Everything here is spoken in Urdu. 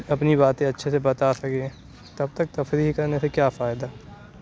اپنی باتیں اچھے سے بتا سکیں تب تک تفریح کرنے سے کیا فائدہ